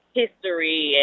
history